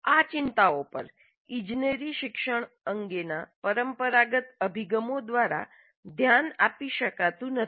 આ ચિંતાઓ પર ઇજનેરી શિક્ષણ અંગેના પરંપરાગત અભિગમો દ્વારા ધ્યાન આપી શકાતું નથી